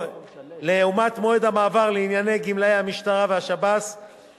לעומת מועד המעבר לעניין גמלאי המשטרה והשב"ס,